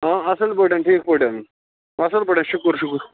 آ اَصٕل پٲٹھۍ ٹھیٖک پٲٹھۍ اَصٕل پٲٹھۍ شُکُر شُکُر